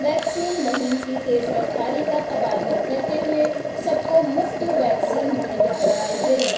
vaccine مہم کی تیزرفتاری کا تبادلہ کرتے ہوئے سب کو مفت ویکسین مہیّا کرائی گئی